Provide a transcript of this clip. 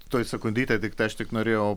tuoj sekundytę tiktai aš tik norėjau